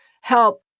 help